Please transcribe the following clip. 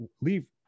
leave